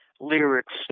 lyrics